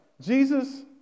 Jesus